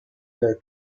her